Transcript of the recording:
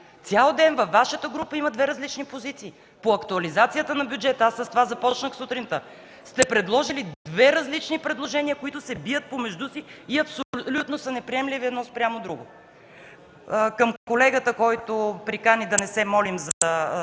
Цял ден във Вашата група има две различни позиции. По актуализацията на бюджета сте предложили две различни предложения, които се бият помежду си и са абсолютно неприемливи едно спрямо друго. Към колегата, който прикани да не се молим за